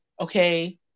okay